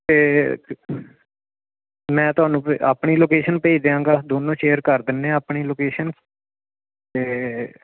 ਤੇ ਮੈਂ ਤੁਹਾਨੂੰ ਆਪਣੀ ਲੋਕੇਸ਼ਨ ਭੇਜ ਦਿਆਂਗਾ ਦੋਨੋਂ ਸ਼ੇਅਰ ਕਰ ਦਿੰਨੇ ਆ ਆਪਣੀ ਲੋਕੇਸ਼ਨ ਤੇ